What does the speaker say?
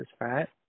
right